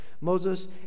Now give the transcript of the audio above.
Moses